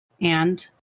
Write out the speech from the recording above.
And